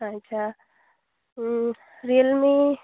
ᱟᱪᱪᱷᱟ ᱨᱤᱭᱮᱞᱢᱤ